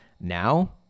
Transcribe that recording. now